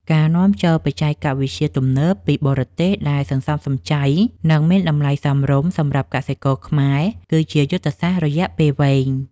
ការនាំចូលបច្ចេកវិទ្យាទំនើបពីបរទេសដែលសន្សំសំចៃទឹក និងមានតម្លៃសមរម្យសម្រាប់កសិករខ្មែរគឺជាយុទ្ធសាស្ត្ររយៈពេលវែង។